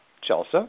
Chelsea